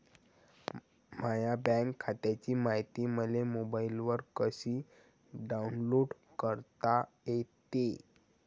माह्या बँक खात्याची मायती मले मोबाईलवर कसी डाऊनलोड करता येते?